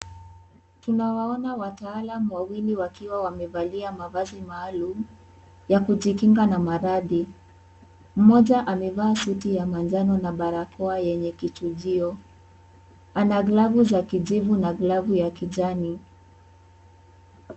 Tunawaona wataalam wawili wakiwa wamevalia mavazi maalum, ya kujikinga na maradhi, mmoja amevaa suti ya manjano na barakoa yenye kichujio, ana glavu za kijivu na glavu ya kijani.